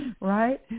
right